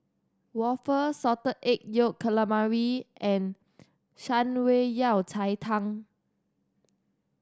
waffle Salted Egg Yolk Calamari and Shan Rui Yao Cai Tang